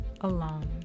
alone